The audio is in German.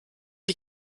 die